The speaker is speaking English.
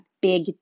big